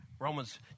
Romans